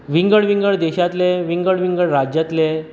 विंगड विंगड देशातलें विंगड विंगड राज्यातलें